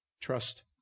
Trust